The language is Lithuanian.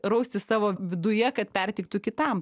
raustis savo viduje kad perteiktų kitam